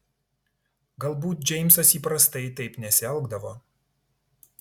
galbūt džeimsas įprastai taip nesielgdavo